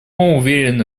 уверены